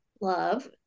love